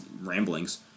ramblings